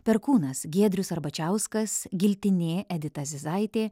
perkūnas giedrius arbačiauskas giltinė edita zizaitė